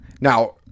Now